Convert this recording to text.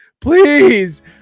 please